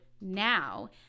now